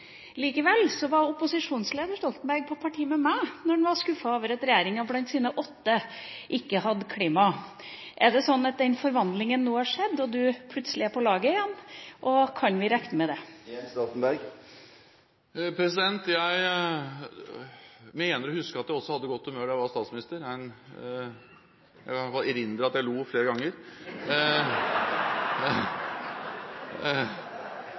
Likevel var opposisjonsleder Stoltenberg på parti med meg når han var skuffet over at regjeringen blant sine åtte satsingsområder ikke hadde med klima. Er det sånn at den forvandlinga nå har skjedd, og at han plutselig er på lag igjen? Kan vi regne med det? Jeg mener å huske at jeg også hadde godt humør da jeg var statsminister. Jeg kan i hvert fall erindre at jeg lo flere ganger